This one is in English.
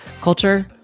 culture